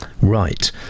right